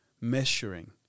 measuring